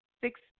Six